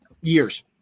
years